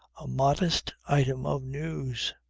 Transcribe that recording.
a modest item of news!